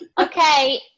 Okay